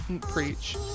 preach